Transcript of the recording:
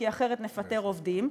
כי אחרת נפטר עובדים.